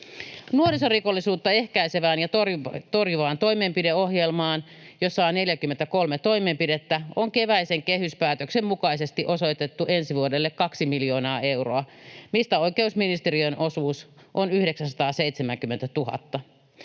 Nuorisorikollisuutta ehkäisevään ja torjuvaan toimenpideohjelmaan, jossa on 43 toimenpidettä, on keväisen kehyspäätöksen mukaisesti osoitettu ensi vuodelle kaksi miljoonaa euroa, mistä oikeusministeriön osuus on 970 000.